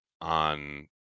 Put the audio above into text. on